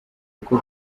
uko